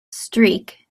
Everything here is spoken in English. streak